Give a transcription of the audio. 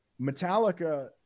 Metallica